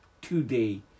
Today